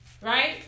right